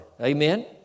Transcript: Amen